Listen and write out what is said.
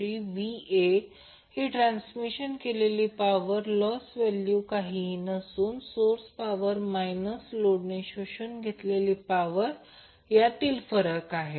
3VA ही transmission केलेली power loss value काहीही नसून सोर्स पॉवर मायनस लोडने शोषून घेतलेली पॉवर यातील फरक आहे